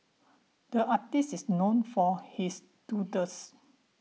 the artist is known for his doodles